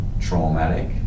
traumatic